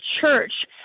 church